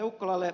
ukkolalle